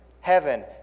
heaven